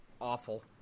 awful